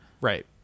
Right